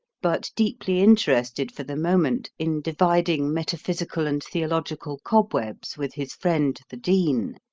but deeply interested for the moment in dividing metaphysical and theological cobwebs with his friend the dean,